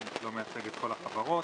אני לא מייצג את כל החברות.